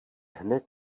hned